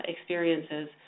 experiences